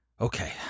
Okay